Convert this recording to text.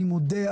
אני מודה,